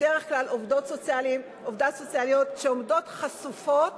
בדרך כלל עובדות סוציאליות שעומדות חשופות